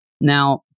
Now